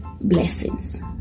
Blessings